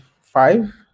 five